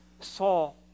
Saul